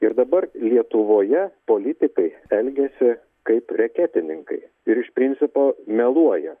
ir dabar lietuvoje politikai elgiasi kaip reketininkai ir iš principo meluoja